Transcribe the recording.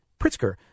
Pritzker